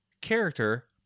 character